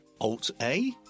Alt-A